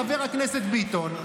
חבר הכנסת ביטון,